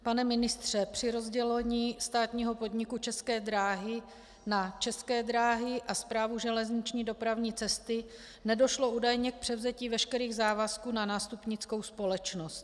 Pane ministře, při rozdělení státního podniku České dráhy na České dráhy a Správu železniční dopravní cesty nedošlo údajně k převzetí veškerých závazků na nástupnickou společnost.